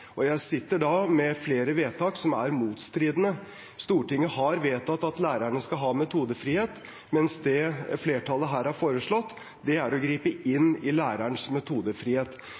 Jeg sitter med flere vedtak som er motstridende. Stortinget har vedtatt at lærerne skal ha metodefrihet, mens det flertallet her har foreslått, er å gripe inn i lærernes metodefrihet.